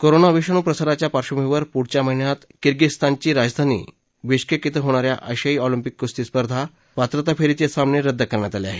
corona विषाणू प्रसाराच्या पार्श्वभूमीवर पुढच्या महिन्यात किरगिझीस्तानची राजधानी बिश्केक श्वे होणा या आशियायी ऑलिम्पिक कुस्ती पात्रता फेरीचे सामने रद्द करण्यात आले आहेत